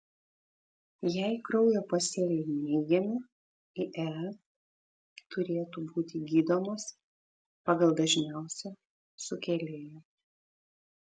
jei kraujo pasėliai neigiami ie turėtų būti gydomas pagal dažniausią sukėlėją